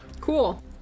Cool